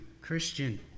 Christian